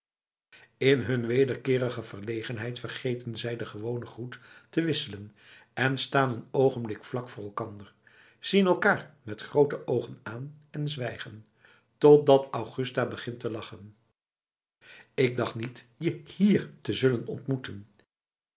in hun wederkeerige verlegenheid vergeten zij den gewonen groet te wisselen en staan een oogenblik vlak voor elkander zien elkaar met groote oogen aan en zwijgen totdat augusta begint te lachen ik dacht niet je hier te zullen ontmoeten